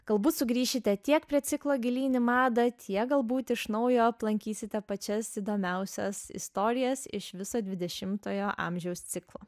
galbūt sugrįšite tiek prie ciklo gilyn į madą tiek galbūt iš naujo aplankysite pačias įdomiausias istorijas iš viso dvidešimtojo amžiaus ciklo